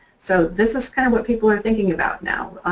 so this is kind of what people are thinking about now.